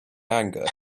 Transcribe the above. anger